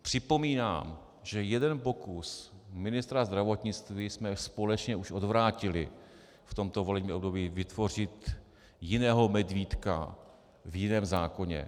Připomínám, že jeden pokus ministra zdravotnictví jsme společně už odvrátili v tomto volebním období vytvořit jiného medvídka v jiném zákoně.